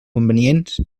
convenients